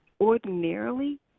ordinarily